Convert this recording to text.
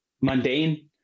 mundane